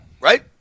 right